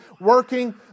working